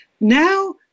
Now